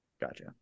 Gotcha